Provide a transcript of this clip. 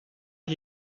did